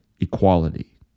equality